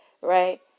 Right